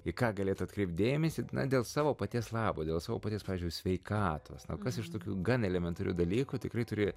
į ką galėtų atkreipt dėmesį dėl savo paties labo dėl savo paties pavyzdžiui sveikatos na kas iš tokių gan elementarių dalykų tikrai turi